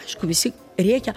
aišku visi rėkia